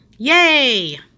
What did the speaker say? Yay